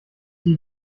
die